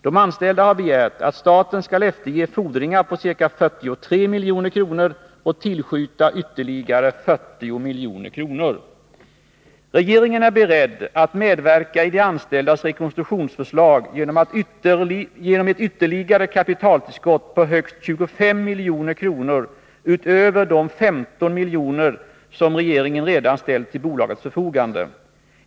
De anställda har begärt att staten skall efterge fordringar på ca 43 milj.kr. och tillskjuta ytterligare 40 milj.kr. Regeringen är beredd att medverka i de anställdas rekonstruktionsförslag genom ett ytterligare kapitaltillskott på högst 25 milj.kr. utöver de 15 milj.kr. som regeringen redan ställt till bolagets förfogande.